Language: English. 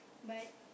but